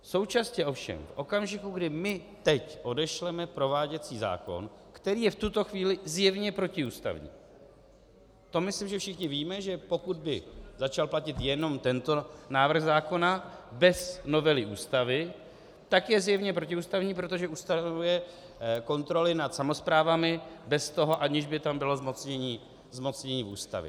Současně ovšem v okamžiku, kdy my teď odešleme prováděcí zákon, který je v tuto chvíli zjevně protiústavní, to myslím, že všichni víme, že pokud by začal platit jenom tento návrh zákona bez novely Ústavy, tak je zjevně protiústavní, protože ustanovuje kontroly nad samosprávami bez toho, aniž by tam bylo zmocnění Ústavy.